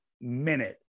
minute